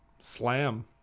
Slam